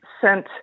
sent